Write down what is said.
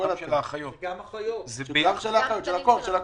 גם של האחיות, של הכול.